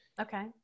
okay